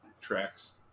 tracks